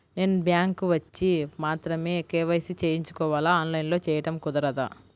నేను బ్యాంక్ వచ్చి మాత్రమే కే.వై.సి చేయించుకోవాలా? ఆన్లైన్లో చేయటం కుదరదా?